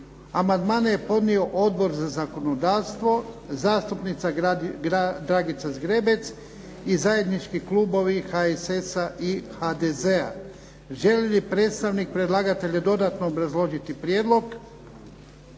Amandmane je podnio Odbor za zakonodavstvo, zastupnica Dragica Zgrebec i zajednički klubovi HSS-a i HDZ-a. Želi li predstavnik predlagatelja dodatno obrazložiti prijedlog?